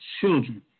children